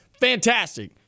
fantastic